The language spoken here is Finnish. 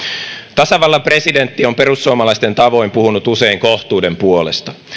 tasavallan presidentti on perussuomalaisten tavoin puhunut usein kohtuuden puolesta